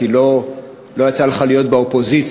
כי לא יצא לך להיות באופוזיציה.